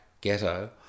ghetto